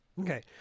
Okay